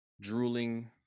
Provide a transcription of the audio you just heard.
drooling